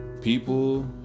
People